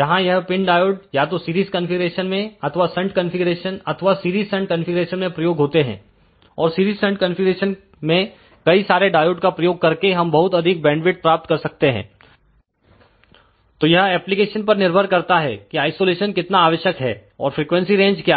जहां यह pin diode या तो सीरीज कंफीग्रेशन में अथवा संट कंफीग्रेशन अथवा सीरीज संट कंफीग्रेशन में प्रयोग होते हैं और सीरीज संट कंफीग्रेशन में कई सारे डायोड का प्रयोग करके हम बहुत अधिक बैंडविथ प्राप्त कर सकते हैं तो यह एप्लीकेशन पर निर्भर करता है कि आइसोलेशन कितना आवश्यक है और फ्रीक्वेंसी रेंज क्या है